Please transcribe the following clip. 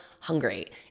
hungry